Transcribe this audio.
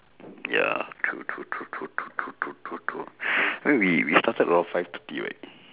ya true true true true true true true true eh we we started around five thirty right